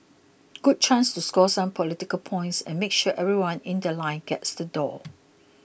good chance to score some political points and make sure everyone in The Line gets the doll